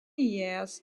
years